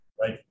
right